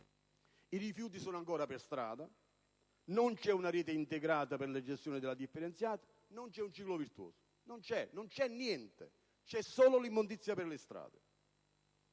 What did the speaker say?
I rifiuti sono ancora per strada, non c'è una rete integrata per la gestione della raccolta differenziata, non c'è un ciclo virtuoso. Insomma, non c'è niente, se non l'immondizia per le strade.